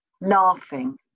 laughing